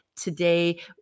today